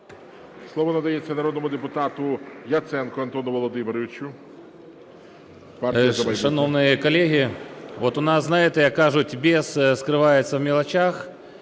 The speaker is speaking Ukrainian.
Слово надається народному депутату Яценку Антону Володимировичу,